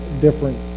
different